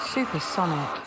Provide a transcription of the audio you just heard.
Supersonic